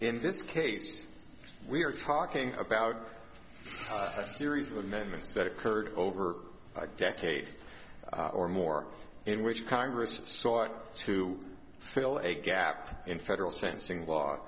in this case we're talking about a series of amendments that occurred over a decade or more in which congress sought to fill a gap in federal sen